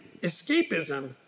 escapism